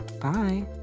Bye